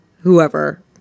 whoever